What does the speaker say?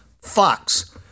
Fox